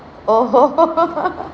!ow!